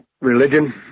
religion